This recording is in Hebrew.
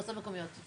למועצות אזוריות לא.